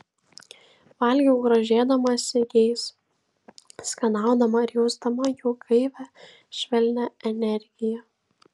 valgiau grožėdamasi jais skanaudama ir jausdama jų gaivią švelnią energiją